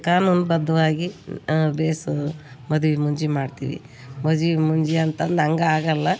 ಕಾನೂನು ಬದ್ಧವಾಗಿ ಭೇಷು ಮದ್ವೆ ಮುಂಜಿ ಮಾಡ್ತೀವಿ ಮಜೀ ಮುಂಜಿ ಅಂತಂದು ಹಂಗ ಆಗೋಲ್ಲ